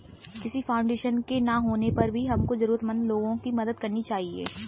किसी फाउंडेशन के ना होने पर भी हमको जरूरतमंद लोगो की मदद करनी चाहिए